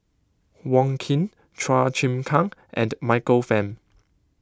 Wong Keen Chua Chim Kang and Michael Fam